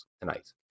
tonight